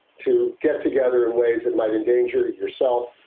to get together in ways that might endanger yourself,